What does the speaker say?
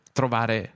trovare